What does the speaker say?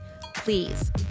please